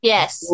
Yes